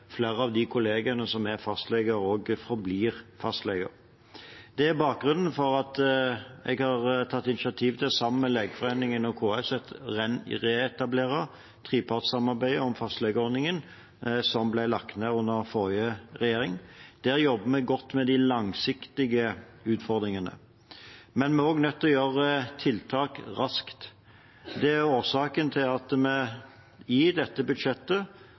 jeg har tatt initiativ til, sammen med Legeforeningen og KS, å reetablere trepartssamarbeidet om fastlegeordningen, som ble lagt ned under forrige regjering. Der jobber vi godt med de langsiktige utfordringene. Vi er også nødt til å gjøre tiltak raskt. Det er årsaken til at vi i dette budsjettet